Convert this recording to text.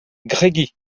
gregiñ